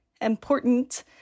important